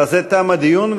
בזה תם הדיון,